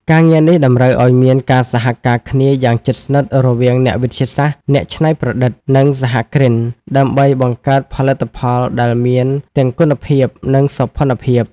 ការងារនេះតម្រូវឱ្យមានការសហការគ្នាយ៉ាងជិតស្និទ្ធរវាងអ្នកវិទ្យាសាស្ត្រ អ្នកច្នៃប្រឌិត និងសហគ្រិន ដើម្បីបង្កើតផលិតផលដែលមានទាំងគុណភាព និងសោភ័ណភាព។